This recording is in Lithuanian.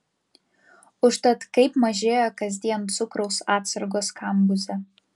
užtat kaip mažėjo kasdien cukraus atsargos kambuze